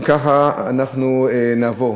אם ככה, אנחנו נעבור